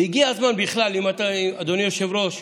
והגיע הזמן בכלל, אדוני היושב-ראש,